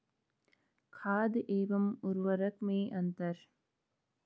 खाद एवं उर्वरक में अंतर?